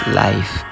life